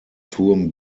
turm